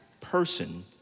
person